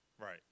Right